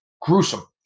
gruesome